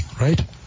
right